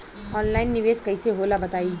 Online निवेस कइसे होला बताईं?